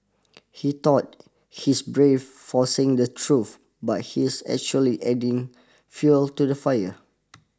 he thought he's brave for saying the truth but he's actually adding fuel to the fire